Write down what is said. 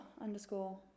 underscore